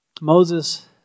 Moses